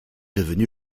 devenu